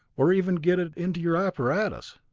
or even get it into your apparatus?